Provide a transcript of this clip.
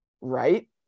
right